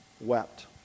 wept